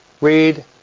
Read